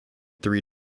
three